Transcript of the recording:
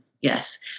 Yes